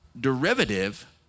derivative